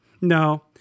No